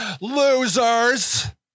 Losers